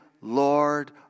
Lord